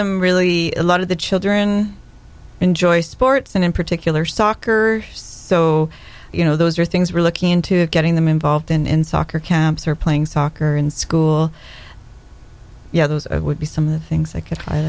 them really a lot of the children enjoy sports and in particular soccer so you know those are things were looking into getting them involved in soccer camps or playing soccer in school you know those would be some of the things i could